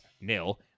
nil